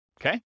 okay